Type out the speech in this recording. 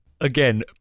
again